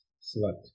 select